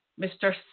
Mr